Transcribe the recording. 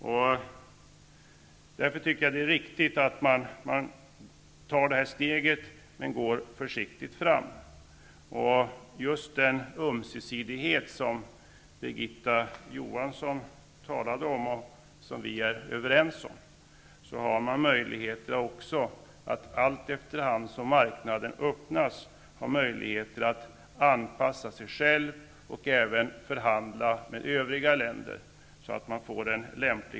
Det är därför riktigt att man tar det här steget, men att man går försiktigt fram. Just med den ömsesidighet som Birgitta Johansson nyss talade om och som vi är överens om finns det möjligheter att uppnå en lämplig balans efter hand som marknaden öppnas för anpassning till och förhandlingar med andra länder.